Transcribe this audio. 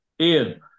Ian